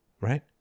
right